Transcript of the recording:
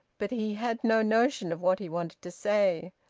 but he had no notion of what he wanted to say.